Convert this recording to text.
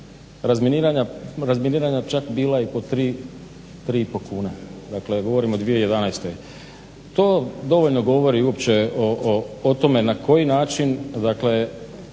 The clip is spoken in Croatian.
razminiranja čak bila i 3, 3 i pol kune. Dakle govorimo o 2011. To dovoljno govori uopće o tome na koji način dakle,